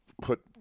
put